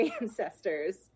ancestors